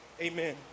amen